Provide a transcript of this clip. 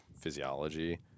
physiology